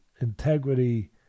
integrity